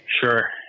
Sure